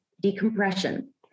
decompression